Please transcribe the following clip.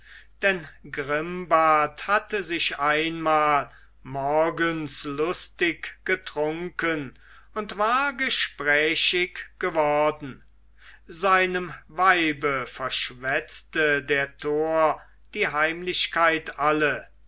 denn grimbart hatte sich einmal morgens lustig getrunken und war gesprächig geworden seinem weibe verschwätzte der tor die heimlichkeit alle